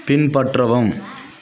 பின்பற்றவும்